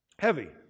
Heavy